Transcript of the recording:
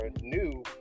new